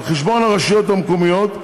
על חשבון הרשויות המקומיות,